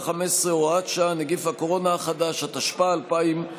אבל הזעקה הגדולה קמה על זה שבמדינת ישראל יש סכנה לדמוקרטיה,